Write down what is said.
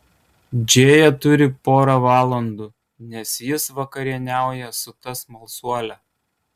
džėja turi porą valandų nes jis vakarieniauja su ta smalsuole